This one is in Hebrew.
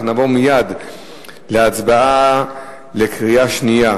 אנחנו נעבור מייד להצבעה בקריאה שנייה